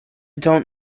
don’t